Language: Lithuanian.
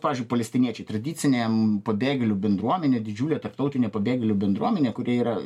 pavyzdžiui palestiniečiai tradicinėm pabėgėlių bendruomenė didžiulė tarptautinė pabėgėlių bendruomenė kuri yra